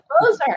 closer